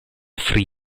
free